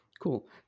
Cool